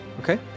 Okay